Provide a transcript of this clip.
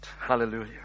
Hallelujah